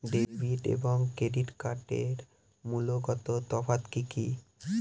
Debit এবং credit কার্ডের মূলগত তফাত কি কী?